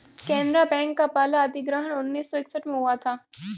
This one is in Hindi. केनरा बैंक का पहला अधिग्रहण उन्नीस सौ इकसठ में हुआ था